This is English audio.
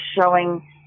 showing